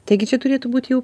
taigi čia turėtų būt jau